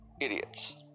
idiots